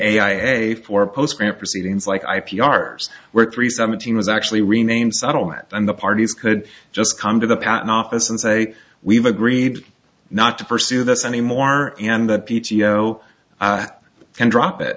a for post grant proceedings like ip ours were three seventeen was actually renamed settlement and the parties could just come to the patent office and say we've agreed not to pursue this anymore and that p t o can drop it